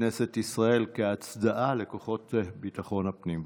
בכנסת כהצדעה לכוחות ביטחון הפנים.